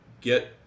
get